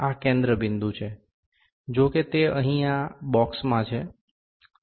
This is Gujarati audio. આ કેન્દ્ર બિંદુ જો કે તે અહીં આ બોક્સમાં છે